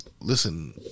listen